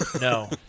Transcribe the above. No